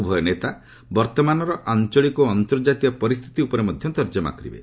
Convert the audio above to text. ଉଭୟ ନେତା ବର୍ତ୍ତମାନ ଆଞ୍ଚଳିକ ଓ ଅନ୍ତର୍ଜାତୀୟ ପରିସ୍ଥିତି ଭପରେ ମଧ୍ୟ ତର୍ଜମା କରିବେ